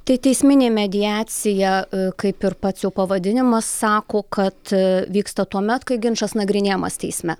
tai teisminė mediacija kaip ir pats jau pavadinimas sako kad vyksta tuomet kai ginčas nagrinėjamas teisme